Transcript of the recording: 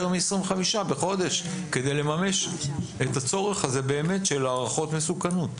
מ-25 בחודש כדי לממש את הצורך הזה של הערכות מסוכנות.